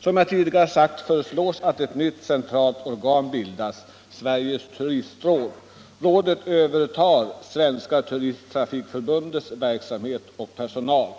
Som jag tidigare sagt föreslås att ett nytt centralt organ bildas — Sveriges turistråd. Rådet övertar Svenska turisttrafikförbundets verksamhet och personal.